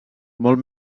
molt